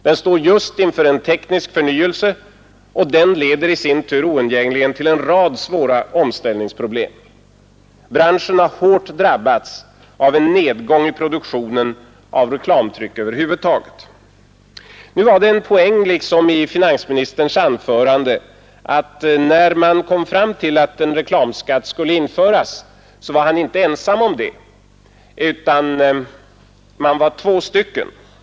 Den står just inför en teknisk förnyelse, och den leder i sin tur oundgängligen till en rad svåra omställningsproblem. Branschen har hårt drabbats av en nedgång i produktion av reklamtryck över huvud taget. Nu var det liksom en poäng i finansministerns anförande att när man kom fram till att en reklamskatt skulle införas, var han inte ensam om det, utan man var två stycken.